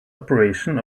operation